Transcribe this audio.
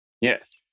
Yes